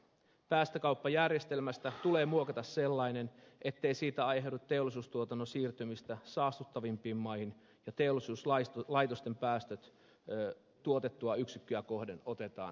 päästökauppajärjestelmästä tulee muokata sellainen ettei siitä aiheudu teollisuustuotannon siirtymistä saastuttavampiin maihin ja teollisuuslaitosten päästöt tuotettua yksikköä kohden otetaan huomioon